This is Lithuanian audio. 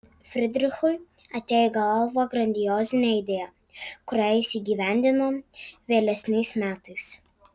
fridrichui atėjo į galvą grandiozinė idėja kurią jis įgyvendino vėlesniais metais